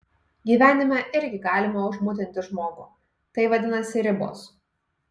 gyvenime irgi galima užmutinti žmogų tai vadinasi ribos